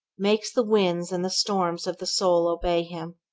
makes the winds and the storms of the soul obey him.